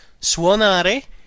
Suonare